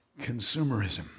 Consumerism